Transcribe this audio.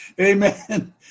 Amen